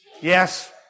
Yes